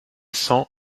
cent